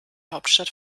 hauptstadt